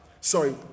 Sorry